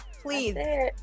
Please